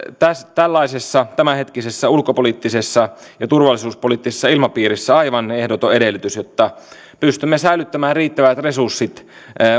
tällaisessa tämänhetkisessä ulkopoliittisessa ja turvallisuuspoliittisessa ilmapiirissä aivan ehdoton edellytys jotta pystymme säilyttämään riittävät resurssit